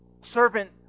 servant